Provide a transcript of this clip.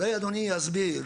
אולי אדוני יסביר